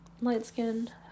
light-skinned